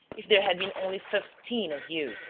if there had been only fifteen of you!